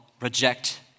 reject